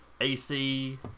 AC